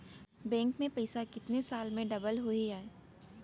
Bank में पइसा कितने साल में डबल होही आय?